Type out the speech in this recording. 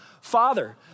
Father